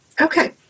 okay